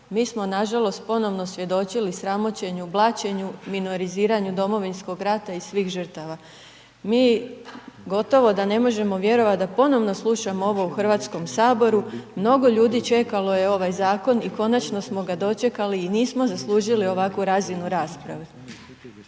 mi smo nažalost ponovno svjedočili sramoćenju, blaćenju, minoriziranju Domovinskog rata i svih žrtava. Mi gotovo da ne možemo vjerovati da slušamo ovo u Hrvatskom saboru, mnogo ljudi čekalo je ovaj zakon i konačno smo ga dočekali i nismo zaslužili ovakvu razinu rasprave.